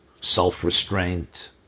self-restraint